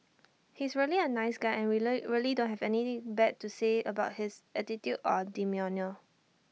he is really A nice guy and we really don't have anything bad to say about his attitude or demeanour